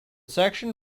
section